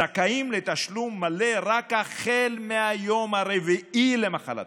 "לתשלום מלא רק החל מהיום הרביעי למחלתם".